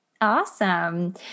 Awesome